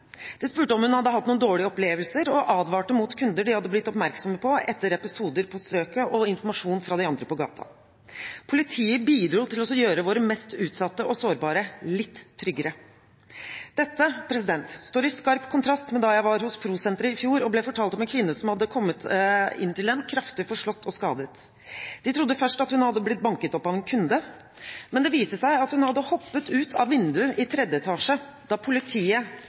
spurte om hun hadde hatt noen dårlige opplevelser, og advarte mot kunder de hadde blitt oppmerksomme på etter episoder på strøket og informasjon fra de andre på gata. Politiet bidro til å gjøre våre mest utsatte og sårbare litt tryggere. Dette står i skarp kontrast til det jeg ble fortalt da jeg var på Pro Sentret i fjor – om en kvinne som hadde kommet inn til dem kraftig forslått og skadet. De trodde først at hun var blitt banket opp av en kunde, men det viste seg at hun hadde hoppet ut av vinduet i tredje etasje da politiet